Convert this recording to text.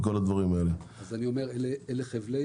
אלה חבלי